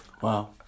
Wow